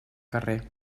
carrer